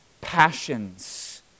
passions